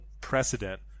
precedent